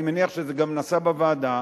אני מניח שזה גם נעשה בוועדה,